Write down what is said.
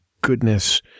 goodness